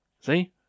See